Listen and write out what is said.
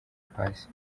paccy